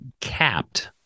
capped